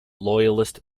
loyalist